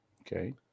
Okay